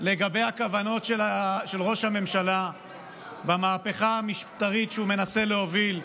לגבי הכוונות של ראש הממשלה במהפכה המשטרית שהוא מנסה להוביל,